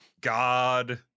god